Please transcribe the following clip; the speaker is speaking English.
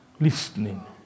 Listening